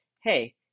hey